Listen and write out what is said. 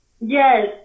Yes